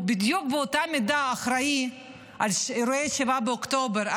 הוא אחראי בדיוק באותה מידה לאירועי 7 באוקטובר,